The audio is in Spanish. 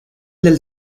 del